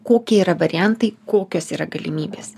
kokie yra variantai kokios yra galimybės